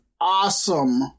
awesome